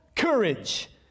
COURAGE